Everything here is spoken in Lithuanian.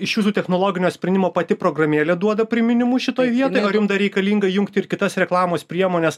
iš jūsų technologinio sprendimo pati programėlė duoda priminimus šitoj vietoj nu ar jums reikalinga jungti ir kitas reklamos priemones